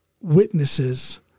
witnesses